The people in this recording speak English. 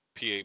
PA